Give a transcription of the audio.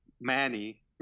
Manny